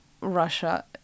Russia